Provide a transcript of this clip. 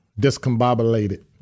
discombobulated